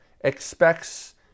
expects